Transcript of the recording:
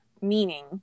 meaning